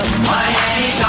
Miami